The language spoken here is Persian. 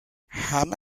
همه